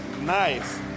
nice